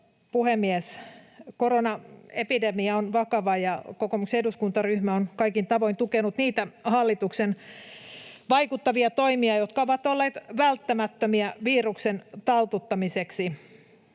puhemies! Koronaepidemia on vakava, ja kokoomuksen eduskuntaryhmä on kaikin tavoin tukenut niitä hallituksen vaikuttavia toimia, jotka ovat olleet välttämättömiä viruksen taltuttamiseksi.